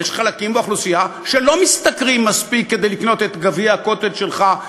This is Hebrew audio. יש חלקים באוכלוסייה שלא משתכרים מספיק כדי לקנות את גביע הקוטג' שלך,